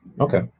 Okay